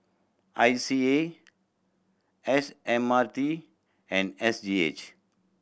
I C A S M R T and S G H